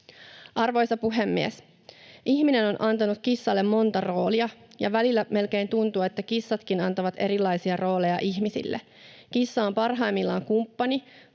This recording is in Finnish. Arvoisa puhemies! Ihminen on antanut kissalle monta roolia, ja välillä melkein tuntuu, että kissatkin antavat erilaisia rooleja ihmisille. Kissa on parhaimmillaan kumppani,